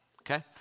Okay